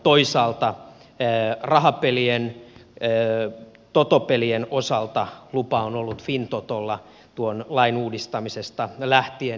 toisaalta rahapelien totopelien osalta lupa on ollut fintotolla tuon lain uudistamisesta lähtien